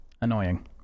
annoying